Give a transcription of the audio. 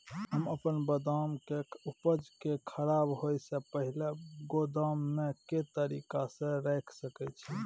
हम अपन बदाम के उपज के खराब होय से पहिल गोदाम में के तरीका से रैख सके छी?